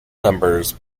numbers